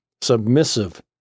submissive